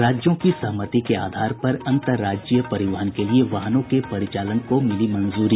राज्यों की सहमति के आधार पर अंतरराज्यीय परिवहन के लिए वाहनों के परिचालन को मिली मंजूरी